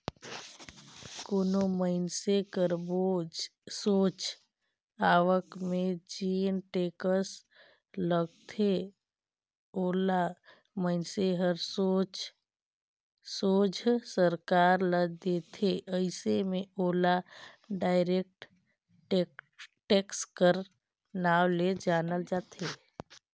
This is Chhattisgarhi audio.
कोनो मइनसे कर सोझ आवक में जेन टेक्स लगथे ओला मइनसे हर सोझ सरकार ल देथे अइसे में ओला डायरेक्ट टेक्स कर नांव ले जानल जाथे